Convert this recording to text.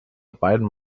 beidem